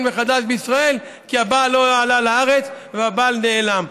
מחדש בישראל כי הבעל לא עלה לארץ והבעל נעלם.